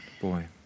Boy